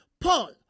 Paul